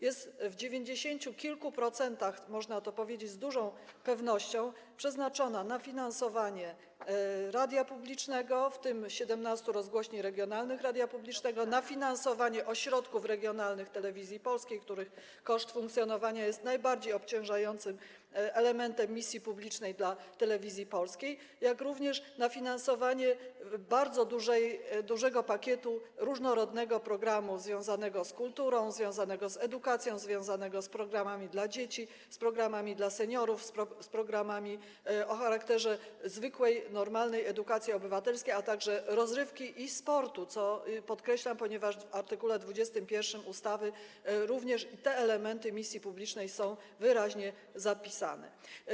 Jest w dziewięćdziesięciu kilku procentach - można to powiedzieć z dużą pewnością - przeznaczona na finansowanie radia publicznego, w tym 17 rozgłośni regionalnych radia publicznego, na finansowanie ośrodków regionalnych Telewizji Polskiej, których koszt funkcjonowania jest najbardziej obciążającym elementem misji publicznej dla Telewizji Polskiej, jak również na finansowanie bardzo dużego pakietu różnorodnych programów związanych z kulturą, związanych z edukacją, związanych z programami dla dzieci, z programami dla seniorów, z programami dotyczącymi zwykłej, normalnej edukacji obywatelskiej, a także rozrywki i sportu, co podkreślam, ponieważ w art. 21 ustawy również te elementy misji publicznej są wyraźnie zapisane.